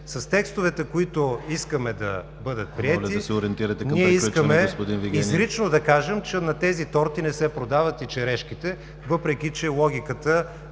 С текстовете, които искаме да бъдат приети, ние искаме изрично да кажем, че на тези торти не се продават и черешките, въпреки че логиката